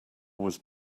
was